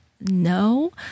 no